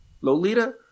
Lolita